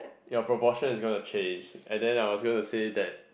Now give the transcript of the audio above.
your proportion is gonna change and then I was gonna say that